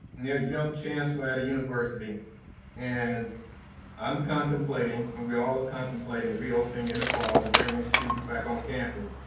and yeah you know i'm chancellor at a university and i'm contemplating, and we're all contemplating reopening in the fall and bringing students back on campus.